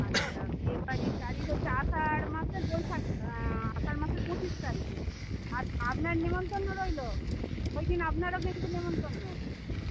আচ্ছা বিয়েবাড়ির তারিখ হচ্ছে আষাঢ় মাসের বৈশাখ আষাঢ় মাসের পঁচিশ তারিখে আর আপনার নিমন্ত্রণ রইল ওইদিন আপনারও কিন্তু নিমন্ত্রণ